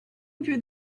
through